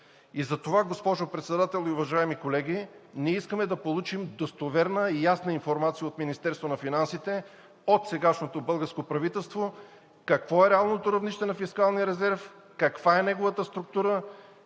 Затова, госпожо Председател и уважаеми колеги, ние искаме да получим достоверна и ясна информация от Министерството на финансите, от сегашното българско правителство: какво е реалното равнище на фискалния резерв, каква е неговата структура?